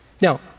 Now